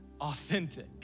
authentic